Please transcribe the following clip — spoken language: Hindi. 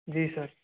जी सर